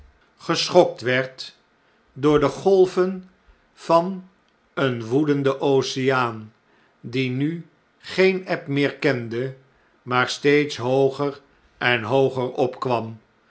geschokt werd door de golven van een woedenden oceaan die nu geen eb meer kende maar steeds hooger en hooger opkwam